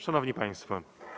Szanowni Państwo!